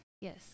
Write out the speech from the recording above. yes